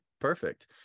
perfect